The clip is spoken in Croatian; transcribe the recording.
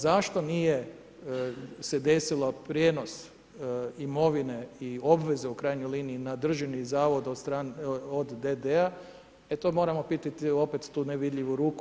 Zašto nije se desio prijenos imovine i obveze u krajnjoj liniji, na Državni zavod od D.D.-a, e to moramo pitati opet tu nevidljivu ruku.